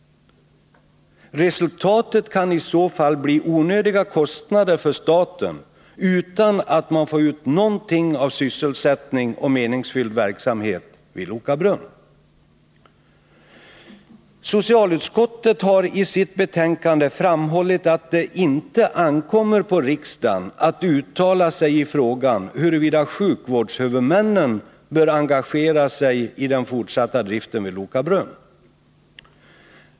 Resultatet kan i så fall bli onödiga kostnader för staten utan att man får ut någonting av sysselsättning och meningsfull verksamhet vid Loka brunn. Socialutskottet har i sitt betänkande framhållit att det inte ankommer på riksdagen att uttala sig i frågan huruvida sjukvårdshuvudmännen bör engagera sig i den fortsatta driften av Loka brunn.